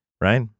Right